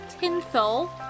Tinsel